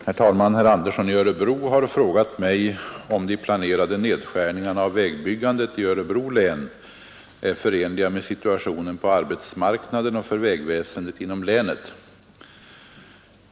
Herr talman! Herr Andersson i Örebro har frågar mig om de planerade nedskärningarna av vägbyggandet i Örebro län är förenliga med situationen på arbetsmarknaden och för vägväsendet inom länet.